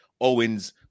Owen's